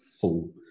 full